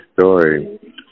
story